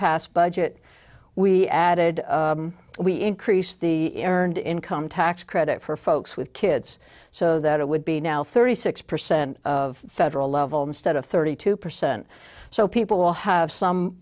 past budget we added we increased the earned income tax credit for folks with kids so that it would be now thirty six percent of federal level instead of thirty two percent so people will have some